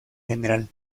general